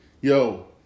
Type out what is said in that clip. yo